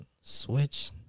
switch